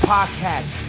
Podcast